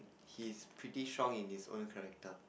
he is pretty strong in his all the character